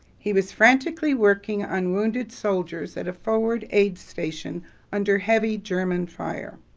he was frantically working on wounded soldiers at a forward aid station under heavy german fire.